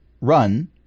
run